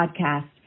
podcast